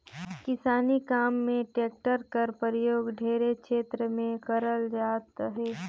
किसानी काम मे टेक्टर कर परियोग ढेरे छेतर मे करल जात अहे